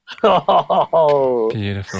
Beautiful